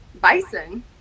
bison